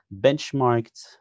benchmarked